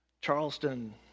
Charleston